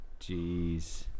Jeez